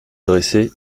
dressée